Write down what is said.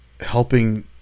helping